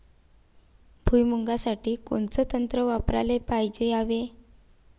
भुइमुगा साठी कोनचं तंत्र वापराले पायजे यावे?